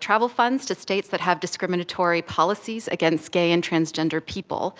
travel funds to states that have discriminatory policies against gay and transgender people.